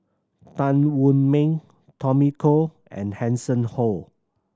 Tan Wu Meng Tommy Koh and Hanson Ho